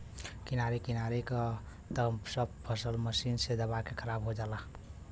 किनारे किनारे क त सब फसल मशीन से दबा के खराब हो जाला